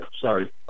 sorry